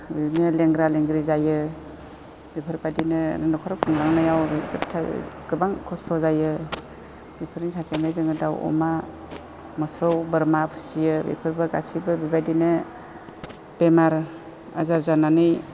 बिदिनो लेंग्रा लेंग्रि जायो बेफोरबादिनो न'खर खुंलांनायाव गोबां खस्थ' जायो बेफोरनि थाखायनो जोङो दाउ अमा मोसौ बोरमा फिसियो बेफोरबो गासैबो बिबायदिनो बेमार आजार जानानै